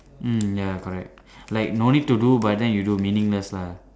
mm ya correct like no need to do but then you do meaningless lah